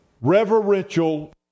reverential